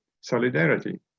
solidarity